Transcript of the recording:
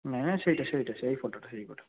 ନାଇଁ ନାଇଁ ସେଇଟା ସେଇଟା ସେଇ ଫୋଟୋଟା ସେଇ ଫୋଟୋ